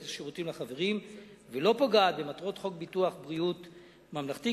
השירותים לחברים ולא פוגעת במטרות חוק ביטוח בריאות ממלכתי.